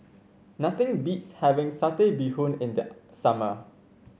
nothing beats having Satay Bee Hoon in the summer